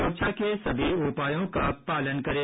सुरक्षा के सभी उपायों का पालन करें